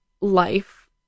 life